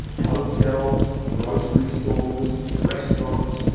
hotels, grocery stores, restaurants,